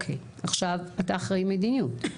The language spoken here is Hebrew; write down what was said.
אתה אחראי מדיניות?